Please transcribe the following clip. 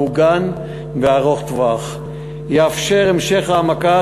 מעוגן וארוך טווח ויאפשר המשך והעמקה